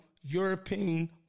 European